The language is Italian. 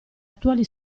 attuali